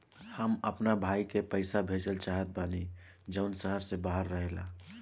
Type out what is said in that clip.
हम अपना भाई के पइसा भेजल चाहत बानी जउन शहर से बाहर रहेला